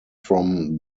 from